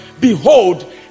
Behold